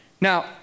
Now